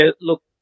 look